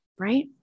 right